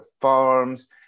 farms